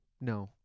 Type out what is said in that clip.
No